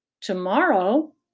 Tomorrow